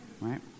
right